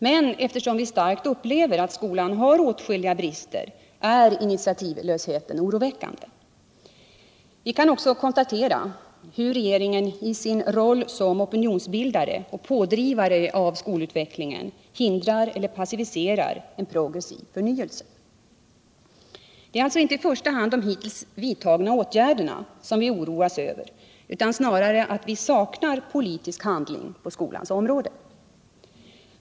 Men eftersom vi starkt upplever att skolan har åtskilliga brister är initiativlösheten oroväckande. Vi kan också konstatera hur regeringen i sin roll som opinionsbildare och pådrivare av skolutvecklingen hindrar eller passiviserar en progressiv förnyelse. Det är alltså inte i första hand de hittills vidtagna åtgärderna som vi oroas över utan snarare att vi saknar politisk handling på skolans område.